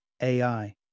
AI